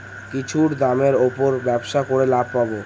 কিছুর দামের উপর ব্যবসা করে লাভ পাবো